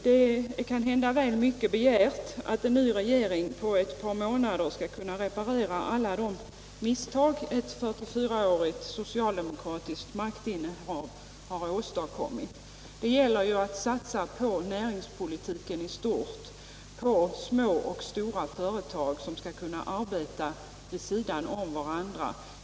Det är kanhända väl mycket begärt att en ny regering på ett par månader skall kunna reparera alla de misstag som ett 44-årigt socialdemokratiskt maktinnehav har åstadkommit. Det gäller att satsa på näringspolitiken i stort, att få små och stora företag som skall kunna arbeta vid sidan om varandra.